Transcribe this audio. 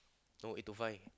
no need to find